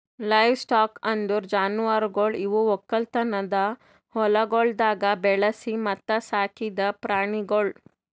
livestock ಅಂದುರ್ ಜಾನುವಾರುಗೊಳ್ ಇವು ಒಕ್ಕಲತನದ ಹೊಲಗೊಳ್ದಾಗ್ ಬೆಳಿಸಿ ಮತ್ತ ಸಾಕಿದ್ ಪ್ರಾಣಿಗೊಳ್